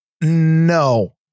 No